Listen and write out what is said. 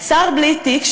שר בלי תיק,